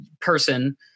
person